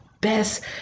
best